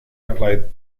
applied